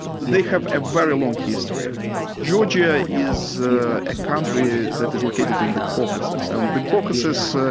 they have a very long history. georgia is ah a country that is located in the caucasus, and the caucasus, ah